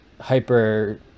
hyper